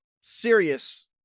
serious